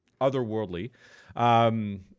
otherworldly